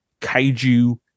kaiju